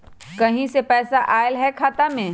कहीं से पैसा आएल हैं खाता में?